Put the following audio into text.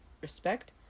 respect